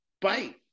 bite